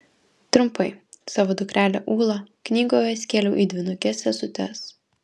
trumpai savo dukrelę ūlą knygoje skėliau į dvynukes sesutes